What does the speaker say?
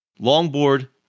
Longboard